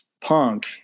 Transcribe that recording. punk